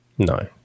No